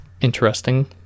interesting